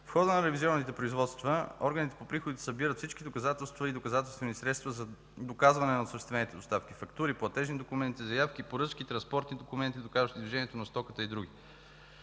В хода на ревизионните производства органите по приходите събират всички доказателства и доказателствени средства за доказване на осъществените доставки – фактури, платежни документи, заявки, поръчки, транспортни документи, доказващи движението на стоката и други.